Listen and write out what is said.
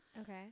Okay